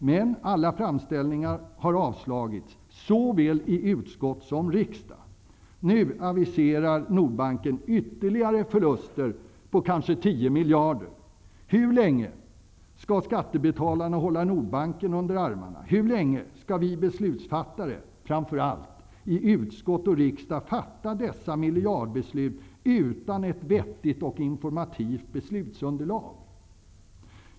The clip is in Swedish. Men alla framställningar har avslagits, såväl i utskott som i riksdagen. Nu aviserar Nordbanken ytterligare förluster på kanske 10 miljarder. Hur länge skall skattebetalarna hålla Nordbanken under armarna? Hur länge skall vi beslutsfattare, framför allt i utskott och riksdag, fatta dessa miljardbeslut utan ett vettigt och informativt beslutsunderlag?